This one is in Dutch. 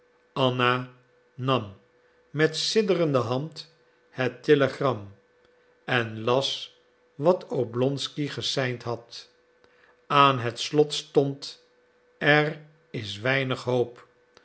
anna nam met sidderende hand het telegram en las wat oblonsky geseind had aan het slot stond er is weinig hoop